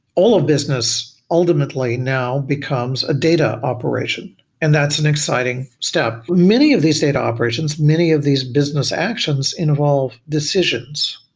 all of business ultimately now becomes a data operation and that's an exciting step. many of these data operations, many of these business actions involve decisions.